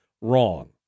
wrong